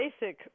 basic